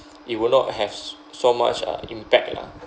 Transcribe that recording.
it will not have s~ so much uh impact lah